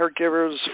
caregivers